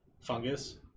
fungus